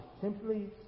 simply